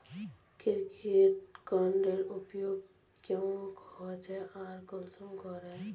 Credit कार्डेर उपयोग क्याँ होचे आर कुंसम करे?